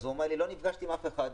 אז הוא אומר לי: לא נפגשתי עם אף אחד,